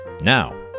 Now